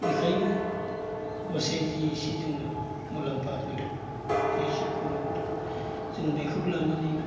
बिखायनो गसाया जि इसि जोंनो मुलाम्फा होदों जि एसे खर'होदों जों बेखौ लानानैनो